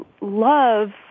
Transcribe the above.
love